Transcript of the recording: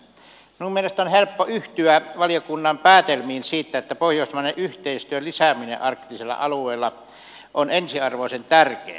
minun mielestäni on helppo yhtyä valiokunnan päätelmiin siitä että pohjoismaisen yhteistyön lisääminen arktisella alueella on ensiarvoisen tärkeää